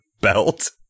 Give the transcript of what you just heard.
belt